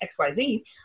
XYZ